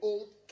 Old